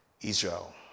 Israel